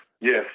Yes